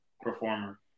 performer